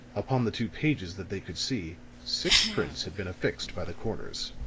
upon the two pages that they could see, six prints had been affixed by the corners.